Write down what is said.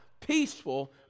peaceful